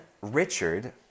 Richard